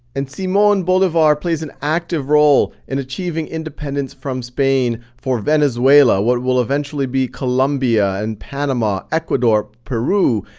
and simon bolivar plays an active role in achieving independence from spain for venezuela, what will eventually be columbia and panama, ecuador, peru,